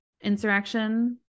insurrection